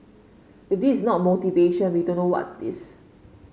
if this is not motivation we don't know what is